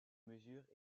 mesure